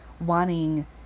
wanting